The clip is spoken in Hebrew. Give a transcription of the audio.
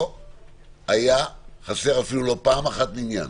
לא היה חסר אפילו פעם אחת מניין.